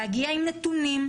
עם נתונים,